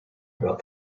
about